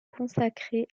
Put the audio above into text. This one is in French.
consacrer